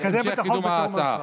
לקדם את החוק בתיאום עם השר.